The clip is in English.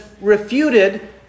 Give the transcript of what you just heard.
refuted